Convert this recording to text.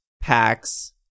packs